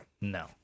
No